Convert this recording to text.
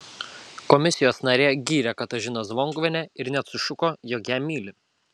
komisijos narė gyrė katažiną zvonkuvienę ir net sušuko jog ją myli